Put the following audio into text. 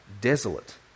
desolate